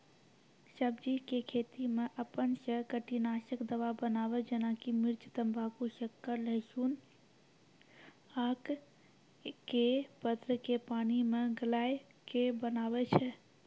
सब्जी के खेती मे अपन से कीटनासक दवा बनाबे जेना कि मिर्च तम्बाकू शक्कर लहसुन आक के पत्र के पानी मे गलाय के बनाबै छै?